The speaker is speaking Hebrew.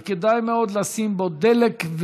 וכדאי מאוד לשים בו דלק,